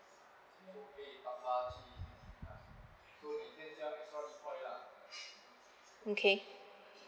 okay